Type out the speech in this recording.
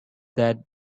that